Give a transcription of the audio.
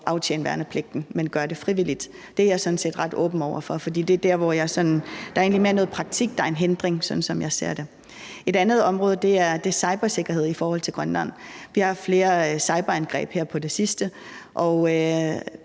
at aftjene værnepligten, men gøre det frivilligt. Det er jeg sådan set ret åben over for. Det er egentlig mere noget praktik, der er en hindring, sådan som jeg ser det. Et andet område er cybersikkerhed i forhold til Grønland. Vi har haft flere cyberangreb her på det sidste.